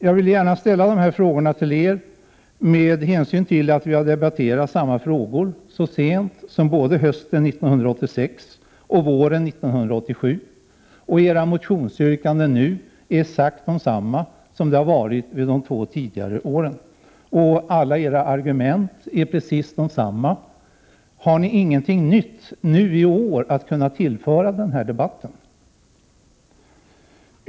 Jag vill gärna ställa dessa frågor till er med hänsyn till att vi debatterat samma frågor så sent som hösten 1986 och våren 1987. Era motionsyrkanden nu är exakt desamma som dem ni fört fram de två tidigare åren. Alla era argument är också precis desamma. Har ni inte något nytt i år att tillföra den här debatten?